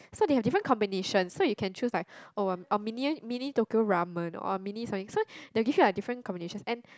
so they have different combination so you can choose like oh a a a mini mini Tokyo ramen or a mini something so the will give you a different combinations and